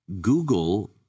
Google